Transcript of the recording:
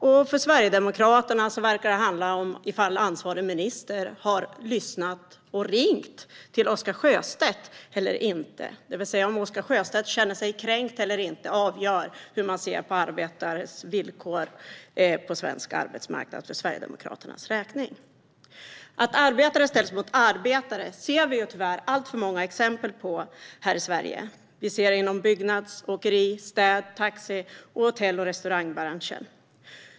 Och för Sverigedemokraterna verkar det handla om ifall ansvarig minister har lyssnat och ringt till Oscar Sjöstedt eller inte. Om Oscar Sjöstedt känner sig kränkt eller inte avgör alltså hur Sverigedemokraterna ser på arbetares villkor på svensk arbetsmarknad. Att arbetare ställs mot arbetare ser vi tyvärr alltför många exempel på här i Sverige. Vi ser det i byggbranschen, åkeribranschen, städbranschen, taxibranschen och inom hotell och restaurang.